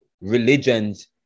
religions